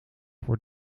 voor